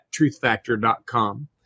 truthfactor.com